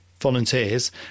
volunteers